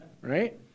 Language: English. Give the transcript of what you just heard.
right